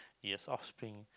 yes offspring